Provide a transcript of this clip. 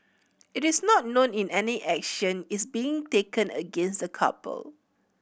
it is not known in any action is being taken against the couple